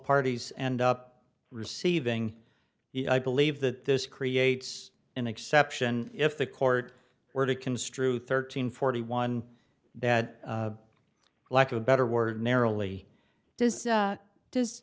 parties and up receiving i believe that this creates an exception if the court were to construe thirteen forty one that lack of a better word narrowly does so does